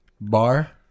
bar